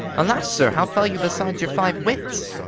alas, sir, how fell you besides your five wits?